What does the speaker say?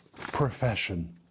profession